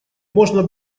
можно